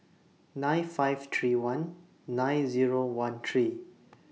nine five three one nine Zero one three